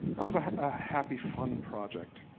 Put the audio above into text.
that was ah ah happy, fun project.